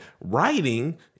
writing